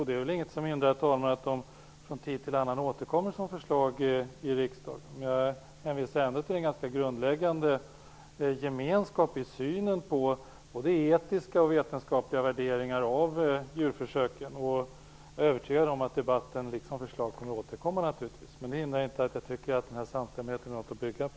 Det är väl inget som hindrar att man från tid till annan återkommer med förslag till riksdagen. Det finns ändå en grundläggande gemensam syn på både etiska och vetenskapliga värderingar när det gäller djurförsöken. Jag är övertygad om att debatten och förslagen återkommer. Men det hindrar inte att jag tycker att denna samstämmighet är någonting att bygga på.